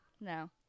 No